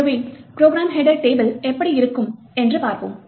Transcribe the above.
எனவே program header table எப்படி இருக்கும் என்று பார்ப்போம்